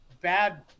Bad